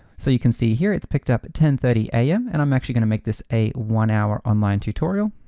so you can see here it's picked up ten thirty a m, and i'm actually gonna make this a one hour, online tutorial.